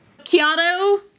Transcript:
Keanu